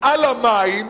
על המים